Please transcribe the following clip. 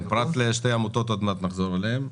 פרט לשתי עמותות שעוד מעט נחזור אליהן.